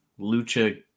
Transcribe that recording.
Lucha